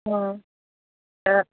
हँ